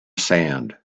sand